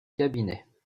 cabinet